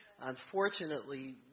Unfortunately